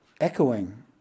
echoing